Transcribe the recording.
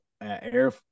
Air